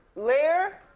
lair?